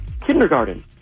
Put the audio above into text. kindergarten